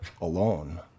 alone